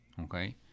okay